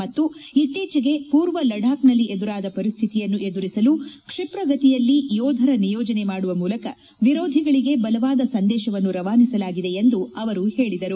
ಮತ್ತು ಇತ್ತೀಚೆಗೆ ಪೂರ್ವ ಲಡಾಖ್ನಲ್ಲಿ ಎದುರಾದ ಪರಿಸ್ಟಿತಿಯನ್ನು ಎದುರಿಸಲು ಕ್ಷಿಪ್ರ ಗತಿಯಲ್ಲಿ ಯೋಧರ ನಿಯೋಜನೆ ಮಾಡುವ ಮೂಲಕ ವಿರೋಧಿಗಳಿಗೆ ಬಲವಾದ ಸಂದೇಶವನ್ನು ರವಾನಿಸಲಾಗಿದೆ ಎಂದು ಅವರು ಹೇಳಿದರು